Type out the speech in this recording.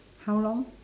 how long